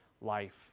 life